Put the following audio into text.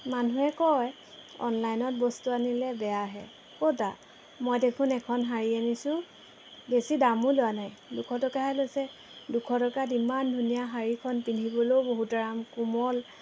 মানুহে কয় অনলাইনত বস্তু আনিলে বেয়া আহে ক'ত আ মই দেখোন এখন শাড়ী আনিছোঁ বেছি দামো লোৱা নাই দুশ টকাহে লৈছে দুশ টকাত ইমান ধুনীয়া শাড়ীখন পিন্ধিবলৈও বহুত আৰাম কোমল